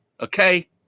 okay